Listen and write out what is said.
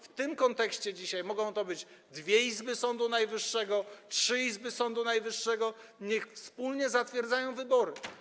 W tym kontekście dzisiaj mogą to być dwie izby Sądu Najwyższego, trzy izby Sądu Najwyższego, niech wspólnie zatwierdzają wybory.